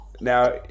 now